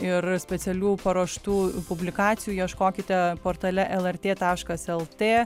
ir specialių paruoštų publikacijų ieškokite portale lrt taškas lt